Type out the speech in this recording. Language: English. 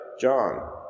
john